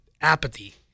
apathy